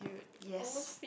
yes